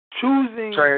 choosing